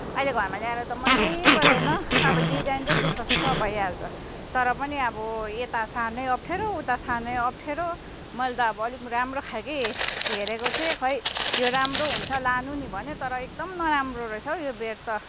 अहिले घरमा ल्याएर त मनैपरेन अब डिजाइन त दुःख सुख भइहाल्छ तर पनि अब यता सार्नै अप्ठेरो उता सार्नै अप्ठेरो मैले त अब अलिक राम्रो खालके हेरेको थिएँ खै यो राम्रो हुन्छ लानु नि भन्यो तर एकदम नराम्रो रहेछ हौ यो बेड त